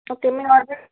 okay మీ order